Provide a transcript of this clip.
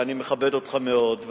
ואני מכבד אותך מאוד,